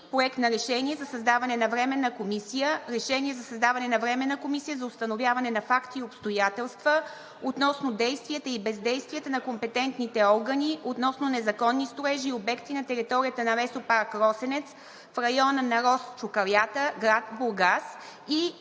решение за създаване на временна комисия за установяване на факти и обстоятелства относно действията и бездействията на компетентните органи относно незаконни строежи и обекти на територията на Лесопарк „Росенец“ в района на нос „Чукалята“, град Бургас.